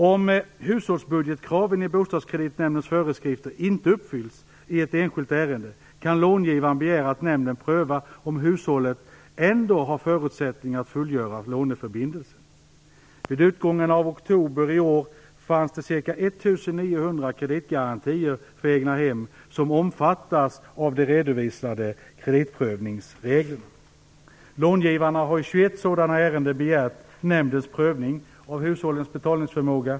Om hushållsbudgetkraven i Bostadskreditnämndens föreskrifter inte uppfylls i ett enskilt ärende kan långivaren begära att nämnden prövar om hushållet ändå har förutsättningar att fullgöra låneförbindelsen. Vid utgången av oktober i år fanns det ca 1 900 kreditgarantier för egnahem som omfattas av de redovisade kreditprövningsreglerna. Långivarna har i 21 sådana ärenden begärt nämndens prövning av hushållens betalningsförmåga.